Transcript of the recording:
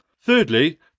Thirdly